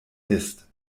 ist